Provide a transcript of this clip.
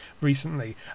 recently